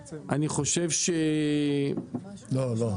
לא, לא.